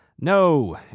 No